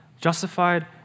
justified